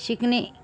शिकणे